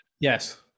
yes